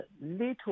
little